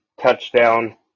touchdown